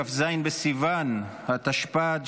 כ"ז בסיוון התשפ"ד,